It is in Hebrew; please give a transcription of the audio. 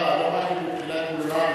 אני מסכים עם אדוני לגמרי.